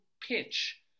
pitch